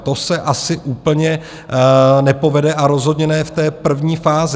To se asi úplně nepovede a rozhodně ne v té první fázi.